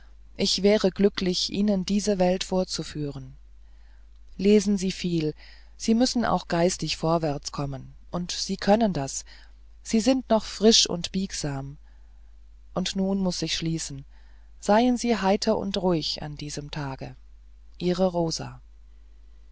ich wäre glücklich ihnen diese welt vorzuführen lesen sie viel sie müssen auch geistig vorwärts kommen und sie können das sie sind noch frisch und biegsam und nun muß ich schließen seien sie heiter und ruhig an diesem tage ihre rosa